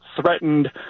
threatened